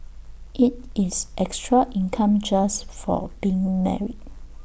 IT is extra income just for being married